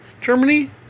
germany